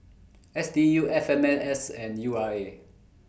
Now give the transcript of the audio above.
S D U F M N S S and U R A